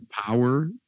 power